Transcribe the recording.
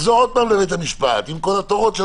נשלחה לו התרעה על